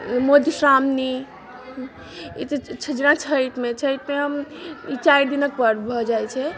मधुश्रामणी ई तऽ जेना छठिमे छठिमे हम ई चारि दिनक पर्व भऽ जाइत छै